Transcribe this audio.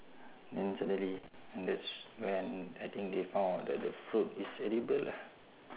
naturally and that's when I think they found out that the fruit is edible lah